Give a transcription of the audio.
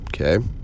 Okay